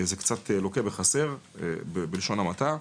זה קצת לוקה בחסר, בלשון המעטה,